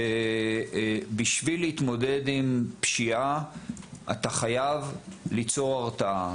בשביל להתמודד עם פשיעה אתה חייב ליצור הרתעה,